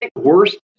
worst